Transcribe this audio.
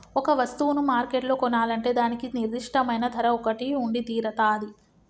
ఒక వస్తువును మార్కెట్లో కొనాలంటే దానికి నిర్దిష్టమైన ధర ఒకటి ఉండితీరతాది